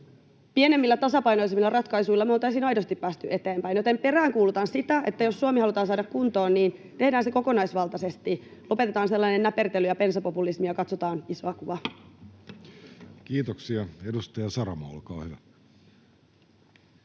Pienemmillä, tasapainoisilla ratkaisuilla me oltaisiin aidosti päästy eteenpäin, joten peräänkuulutan sitä, että jos Suomi halutaan saada kuntoon, niin tehdään se kokonaisvaltaisesti. Lopetetaan sellainen näpertely ja bensapopulismi ja katsotaan isoa kuvaa. Kiitoksia. — Edustaja Saramo, olkaa hyvä.